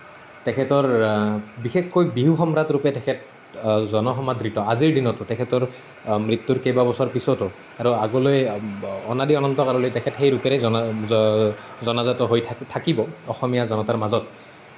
তেখেতৰ বিশেষকৈ বিহু সম্ৰাটৰূপে তেখেত জনসমাদ্ৰিত আজিৰ দিনতো তেখেতৰ মৃত্যুৰ কেইবাবছৰ পিছতো আৰু আগলৈ অনাদি অনন্ত কাললৈ তেখেত সেই ৰূপেৰেই জনাজাত হৈ থাকিব অসমীয়া জনতাৰ মাজত